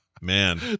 man